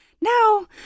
Now